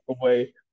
away